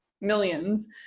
millions